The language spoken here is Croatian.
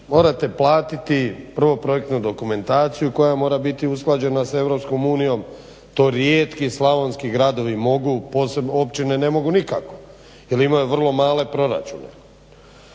morate platiti prvo projektnu dokumentaciju koja mora biti usklađena s EU, to rijetki slavonski gradovi mogu, općine ne mogu nikako jer imaju vrlo male proračune.